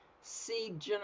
seed